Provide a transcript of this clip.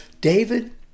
David